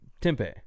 Tempe